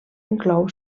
inclou